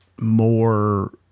more